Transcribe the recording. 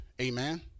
Amen